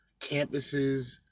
campuses